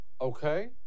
Okay